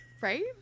Right